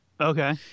Okay